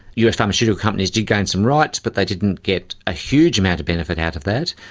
us pharmaceutical companies did gain some rights, but they didn't get a huge amount of benefit out of that.